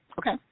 okay